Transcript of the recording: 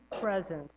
presence